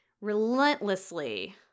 relentlessly